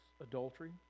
adultery